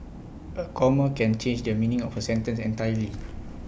A comma can change the meaning of A sentence entirely